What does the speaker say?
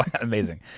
amazing